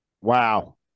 Wow